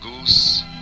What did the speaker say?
goose